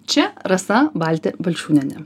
čia rasa baltė balčiūnienė